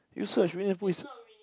you search Winnie-the-Pooh is